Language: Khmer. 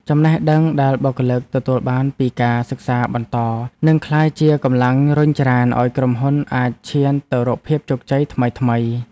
ចំណេះដឹងដែលបុគ្គលិកទទួលបានពីការសិក្សាបន្តនឹងក្លាយជាកម្លាំងរុញច្រានឱ្យក្រុមហ៊ុនអាចឈានទៅរកភាពជោគជ័យថ្មីៗ។